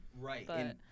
right